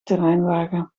terreinwagen